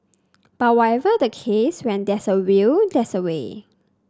but whatever the case when there's a will there's a way